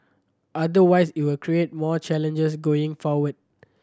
otherwise it will create more challenges going forward